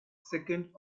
second